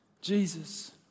Jesus